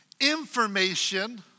Information